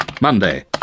Monday